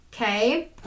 Okay